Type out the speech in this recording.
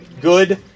Good